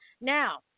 Now